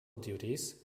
duties